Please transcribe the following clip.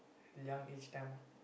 young age time ah